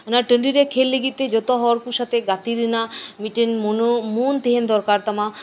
ᱚᱱᱟ ᱴᱟᱹᱰᱤᱨᱮ ᱠᱷᱮᱞ ᱞᱟᱹᱜᱤᱫᱛᱮ ᱡᱚᱛᱚ ᱦᱚᱲᱠᱚ ᱥᱟᱛᱮᱜ ᱜᱟᱛᱮ ᱨᱮᱱᱟᱜ ᱢᱤᱫᱴᱟᱱ ᱢᱚᱱ ᱛᱟᱦᱮᱱ ᱫᱚᱨᱠᱟᱨ ᱛᱟᱢᱟ